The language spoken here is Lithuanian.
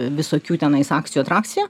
visokių tenais akcijų atrakcijų